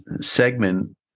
segment